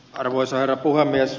arvoisa herra puhemies